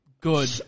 Good